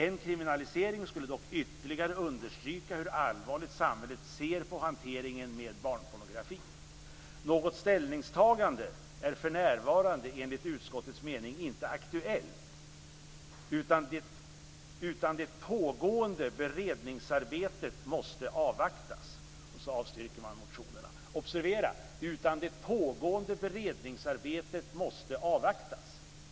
En kriminalisering skulle dock ytterligare understryka hur allvarligt samhället ser på hanteringen med barnpornografi. Något ställningstagande för närvarande är enligt utskottets mening inte aktuellt utan det pågående beredningsarbetet måste avvaktas." Så avstyrktes motionerna. Observera att man skrev att "det pågående beredningsarbetet måste avvaktas".